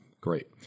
Great